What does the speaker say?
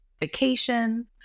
vacation